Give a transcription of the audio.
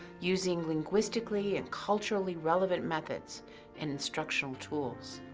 using linguistically and culturally relevant methods and instructional tools.